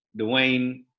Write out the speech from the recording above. Dwayne